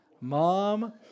Mom